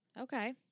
Okay